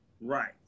Right